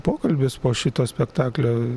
pokalbis po šito spektaklio